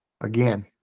again